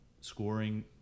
scoring